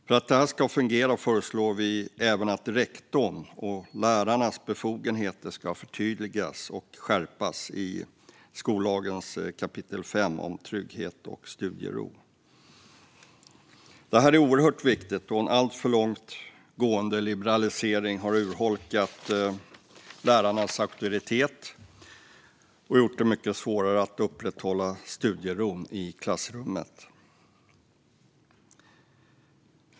För att detta ska fungera föreslår vi även att rektorns och lärarnas befogenheter ska förtydligas och skärpas i skollagens kap. 5 om trygghet och studiero. Detta är oerhört viktigt. En alltför långt gående liberalisering har urholkat lärarnas auktoritet och gjort det mycket svårare att upprätthålla studieron i klassrummet.